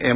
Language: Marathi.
एम